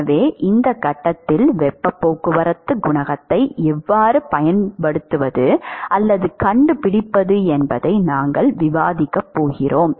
எனவே இந்த கட்டத்தில் வெப்பப் போக்குவரத்து குணகத்தை எவ்வாறு கண்டுபிடிப்பது என்பதை நாங்கள் விவாதிக்கப் போகிறோம்